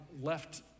left